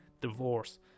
Divorce